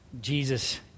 Jesus